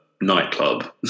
nightclub